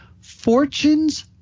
fortune's